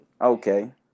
Okay